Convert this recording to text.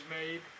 made